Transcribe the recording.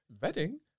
wedding